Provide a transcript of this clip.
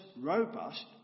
robust